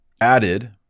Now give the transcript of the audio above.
added